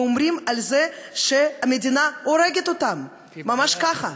ואומרים שהמדינה הורגת אותם, ממש ככה.